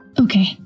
Okay